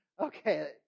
okay